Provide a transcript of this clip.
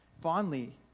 fondly